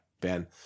Ben